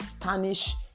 tarnish